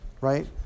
right